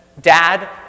Dad